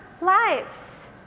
lives